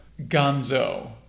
Gonzo